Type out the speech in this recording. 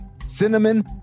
cinnamon